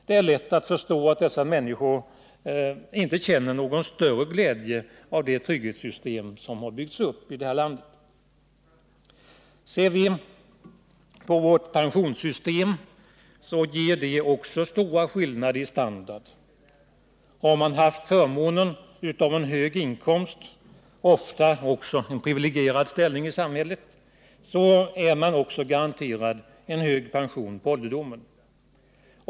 Det är lätt att förstå att dessa människor inte känner någon större glädje över det trygghetssystem som har byggts upp i detta land. Ser vi på vårt pensionssystem så finner vi att det också ger stora skillnader i standard. Har man haft förmånen av en hög inkomst — ofta också en privilegierad ställning i samhället — är man också garanterad en hög pension under ålderdomen.